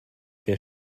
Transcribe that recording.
wer